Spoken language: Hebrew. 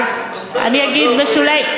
אבל אני אגיד בשולי,